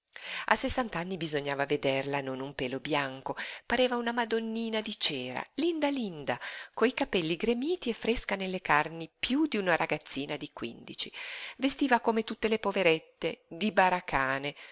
a sessant'anni bisognava vederla non un pelo bianco pareva una madonnina di cera linda linda coi capelli gremiti e fresca nelle carni piú di una ragazza di quindici vestiva come tutte le poverette di baracane